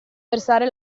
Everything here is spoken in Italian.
versare